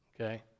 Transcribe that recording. okay